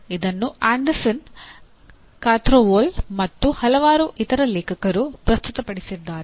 ಇದನ್ನು Anderson Krathwohl ಮತ್ತು ಹಲವಾರು ಇತರ ಲೇಖಕರು ಪ್ರಸ್ತುತಪಡಿಸಿದ್ದಾರೆ